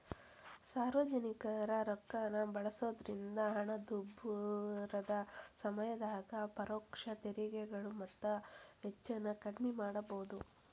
ಸಾರ್ವಜನಿಕರ ರೊಕ್ಕಾನ ಬಳಸೋದ್ರಿಂದ ಹಣದುಬ್ಬರದ ಸಮಯದಾಗ ಪರೋಕ್ಷ ತೆರಿಗೆಗಳು ಮತ್ತ ವೆಚ್ಚನ ಕಡ್ಮಿ ಮಾಡಬೋದು